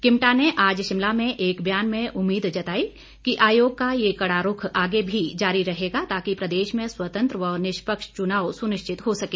किमटा ने आज शिमला में एक ब्यान में उम्मीद जताई कि आयोग का ये कड़ा रूख आगे भी जारी रहेगा ताकि प्रदेश में स्वतंत्र व निष्पक्ष चुनाव सुनिश्चित हो सके